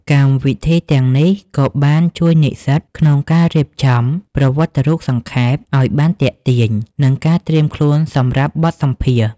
កម្មវិធីទាំងនេះក៏បានជួយនិស្សិតក្នុងការរៀបចំ ប្រវត្តិរូបសង្ខេប ឱ្យបានទាក់ទាញ និងការត្រៀមខ្លួនសម្រាប់បទសម្ភាសន៍។